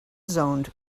zoned